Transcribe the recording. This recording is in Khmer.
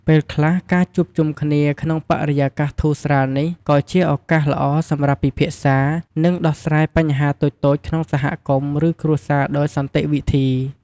ពេលខ្លះ ការជួបជុំគ្នាក្នុងបរិយាកាសធូរស្រាលនេះ ក៏ជាឱកាសល្អសម្រាប់ពិភាក្សា និងដោះស្រាយបញ្ហាតូចៗក្នុងសហគមន៍ ឬគ្រួសារដោយសន្តិវិធី។